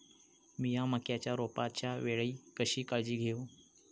मीया मक्याच्या रोपाच्या वेळी कशी काळजी घेव?